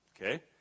okay